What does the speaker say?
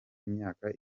imyaka